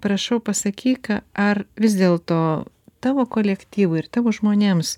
prašau pasakyk ar vis dėl to tavo kolektyvui ir tavo žmonėms